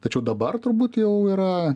tačiau dabar turbūt jau yra